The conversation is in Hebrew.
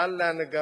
אל להנהגה